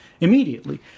immediately